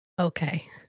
okay